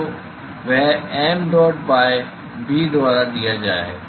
तो वह mdot by b द्वारा दिया गया है